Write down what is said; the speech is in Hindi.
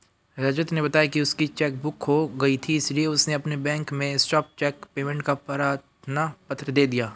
रजत ने बताया की उसकी चेक बुक खो गयी थी इसीलिए उसने अपने बैंक में स्टॉप चेक पेमेंट का प्रार्थना पत्र दे दिया